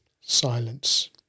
silence